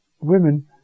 women